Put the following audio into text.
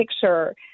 picture